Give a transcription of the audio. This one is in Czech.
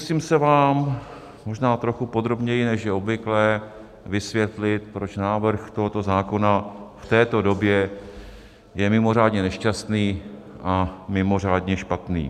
Pokusím se vám možná trochu podrobněji, než je obvyklé, vysvětlit, proč návrh tohoto zákona v této době je mimořádně nešťastný a mimořádně špatný.